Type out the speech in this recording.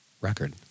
record